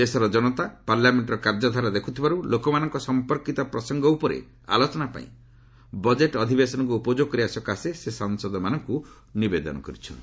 ଦେଶର ଜନତା ପାର୍ଲାମେଷ୍ଟର କାର୍ଯ୍ୟଧାରା ଦେଖୁଥିବାରୁ ଲୋକମାନଙ୍କ ସଂପର୍କିତ ପ୍ରସଙ୍ଗ ଉପରେ ଆଲୋଚନା ପାଇଁ ବଜେଟ୍ ଅଧିବେଶନକୁ ଉପଯୋଗ କରିବା ସକାଶେ ସେ ସାଂସଦମାନଙ୍କୁ ନିବେଦନ କରିଛନ୍ତି